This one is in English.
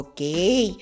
Okay